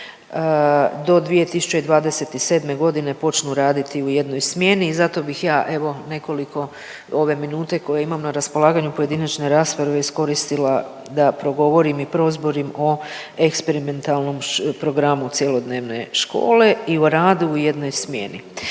do 2027. godine počnu raditi u jedno smjeni i zato bih ja evo nekoliko ove minute koje imam na raspolaganju u pojedinačnoj raspravi iskoristila da progovorim i prozborim o eksperimentalnom programu cjelodnevne škole i o radu u jednoj smjeni.